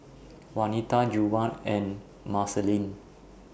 Wanita Juwan and Marceline